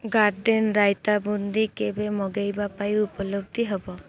garden raita boondi କେବେ ମଗେଇବା ପାଇଁ ଉପଲବ୍ଧି ହେବ